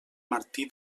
martí